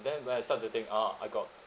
then when I start to think ah I got